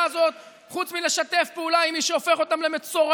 הזאת חוץ מלשתף פעולה עם מי שהופך אותם למצורעים,